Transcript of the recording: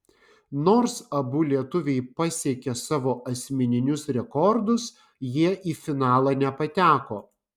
nors abu lietuviai pasiekė savo asmeninius rekordus jie į finalą nepateko